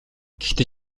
гэхдээ